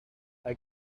hij